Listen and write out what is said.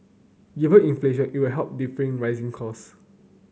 even inflation it will help defray rising cost